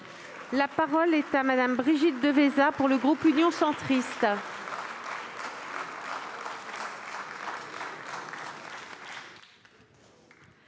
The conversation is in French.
La parole est à Mme Brigitte Devésa, pour le groupe Union Centriste.